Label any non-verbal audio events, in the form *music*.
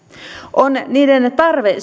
on niiden tarve *unintelligible*